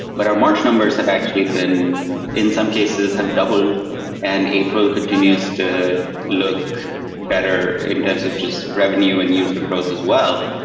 but our march numbers have actually been in some cases have doubled and april continues to look better in terms of just revenue and user growth as well.